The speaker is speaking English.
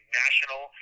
national